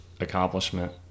accomplishment